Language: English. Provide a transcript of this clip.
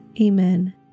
Amen